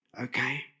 Okay